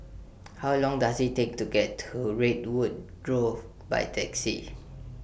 How Long Does IT Take to get to Redwood Grove By Taxi